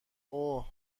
اوه